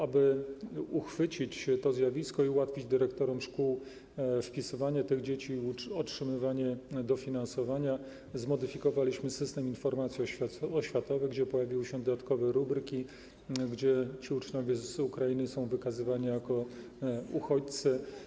Aby uchwycić to zjawisko i ułatwić dyrektorom szkół wpisywanie tych dzieci i otrzymywanie dofinansowania, zmodyfikowaliśmy system informacji oświatowej - pojawiły się dodatkowe rubryki, gdzie ci uczniowie z Ukrainy są wykazywani jako uchodźcy.